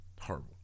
horrible